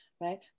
right